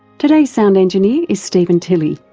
today's sound engineer is steven tilley.